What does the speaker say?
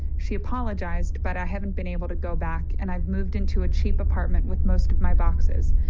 she apologized, but i haven't been able to go back. and i've moved into a cheap apartment with most of my boxes.